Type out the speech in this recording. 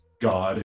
God